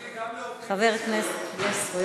אדוני, גם לעובדים יש זכויות.